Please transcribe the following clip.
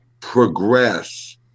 progress